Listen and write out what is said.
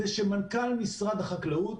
מנכ"ל משרד החקלאות,